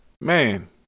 man